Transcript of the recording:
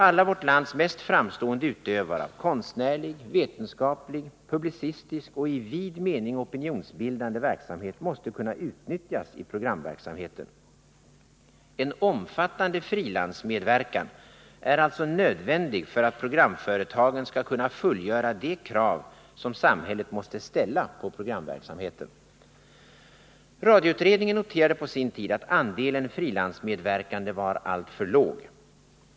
Alla vårt lands mest framstående utövare av konstnäriig, vetenskaplig, publicistisk och i vid mening opinionsbildande verksamhet måste kunna utnyttjas i programverksamheten. En omfattande frilansmedverkan är alltså nödvändig för att programföretagen skall kunna fullgöra de krav som samhället måste ställa på programverksamheten. Radioutredningen noterade på sin tid att andelen frilansmedverkande var alltför låg.